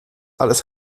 alles